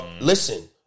Listen